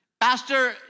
Pastor